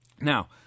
Now